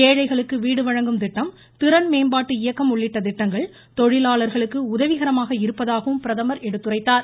ஏழைகளுக்கு வீடு வழங்கும் திட்டம் திறன்மேம்பாட்டு இயக்கம் உள்ளிட்ட திட்டங்கள் தொழிலாளர்களுக்கு உதவிகரமாக இருப்பதாகவும் பிரதமர் எடுத்துரைத்தார்